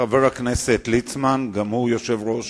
חבר הכנסת ליצמן, גם הוא יושב-ראש